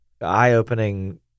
eye-opening